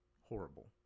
Horrible